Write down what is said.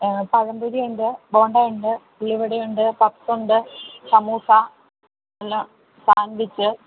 പഴംപൊരിയുണ്ട് ബോണ്ടയുണ്ട് ഉള്ളിവടയുണ്ട് പഫ്സ് ഉണ്ട് സമൂസ അല്ല സാൻവിച്ച്